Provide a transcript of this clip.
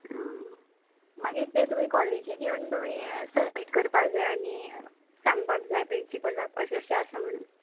आ मागी तें तुंवें कॉलेजीन येवन तुमी सबमीट करपाक जाय आनी सांगपाक जाय प्रिंसिपलाक अशें अशें आसा म्हणून